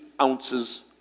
ounces